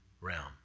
realm